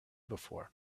before